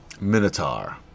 Minotaur